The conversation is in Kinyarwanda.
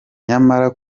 nyamara